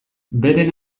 beren